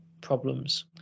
problems